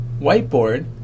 Whiteboard